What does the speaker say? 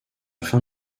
fin